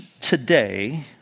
today